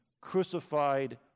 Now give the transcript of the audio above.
crucified